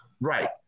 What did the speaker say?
right